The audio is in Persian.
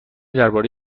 درباره